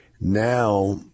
now